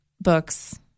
books